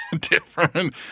different